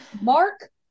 mark